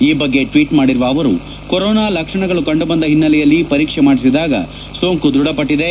ಈ ಬಗ್ಗೆ ಟ್ವೀಟ್ ಮಾಡಿರುವ ಅವರು ಕೊರೊನಾ ಲಕ್ಷಣಗಳು ಕಂಡುಬಂದ ಹಿನ್ನೆಲೆಯಲ್ಲಿ ಪರೀಕ್ಷೆ ಮಾಡಿಸಿದಾಗ ಸೋಂಕು ದೃಢಪಟ್ಟದೆ